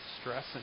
stress